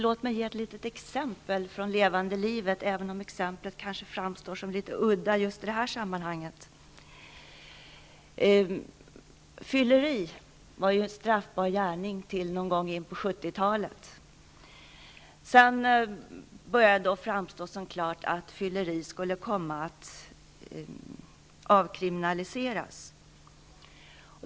Låt mig ge ett exempel från levande livet, även om exemplet kan framstå som udda i det här sammanhanget. Fylleri var en straffbar gärning ända in på 1970 talet. Det började sedan framstå som klart att fylleri skulle avkriminaliseras.